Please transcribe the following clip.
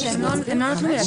נתקבלה.